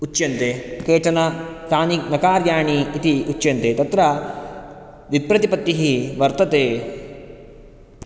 उच्यन्ते केचन तानि न कार्याणि इति उच्यन्ते तत्र विप्रतिपत्तिः वर्तते